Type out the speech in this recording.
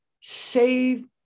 save